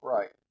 Right